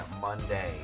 Monday